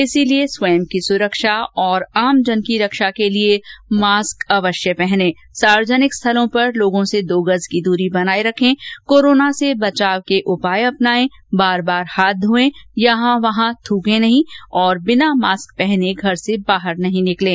इसलिए स्वयं की सुरक्षा और आमजन की रक्षा के लिए मास्क पहनें सार्वजनिक स्थलों पर लोगों से दो गज की दूरी बनाए रखें कोरोना से बचाव के उपाय अपनाएं बार बार हाथ घोएं यहां वहां थूकें नहीं और बिना मास्क पहने घर से बाहर नहीं निकलें